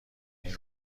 این